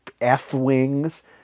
F-wings